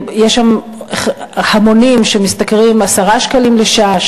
יש שם המונים שמשתכרים 10 שקלים לשעה,